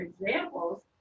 examples